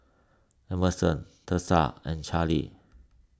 Emerson Tessa and Charly